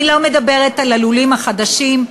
אני לא מדברת על הלולים החדשים,